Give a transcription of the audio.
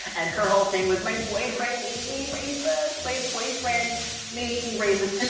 and her whole thing was my boyfriend beat me racist. my boyfriend made me racist.